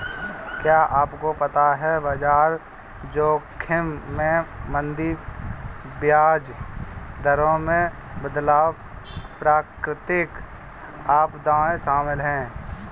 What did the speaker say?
क्या आपको पता है बाजार जोखिम में मंदी, ब्याज दरों में बदलाव, प्राकृतिक आपदाएं शामिल हैं?